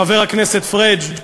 חבר הכנסת פריג',